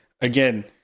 Again